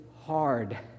hard